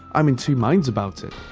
i'm in two minds about it.